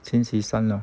星期三 lor